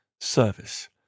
Service